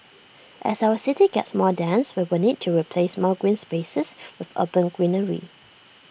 as our city gets more dense we will need to replace more green spaces with urban greenery